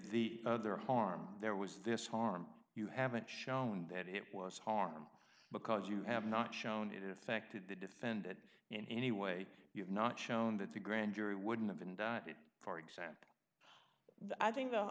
the other harm there was this harm you haven't shown that it was harm because you have not shown it effected the defendant in any way you have not shown that the grand jury wouldn't have indicted for example i think the